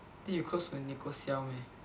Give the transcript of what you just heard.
then you close to Nicole Xiao meh